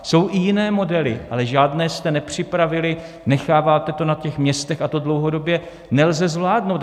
Jsou i jiné modely, ale žádné jste nepřipravili, necháváte to na těch městech a to dlouhodobě nelze zvládnout.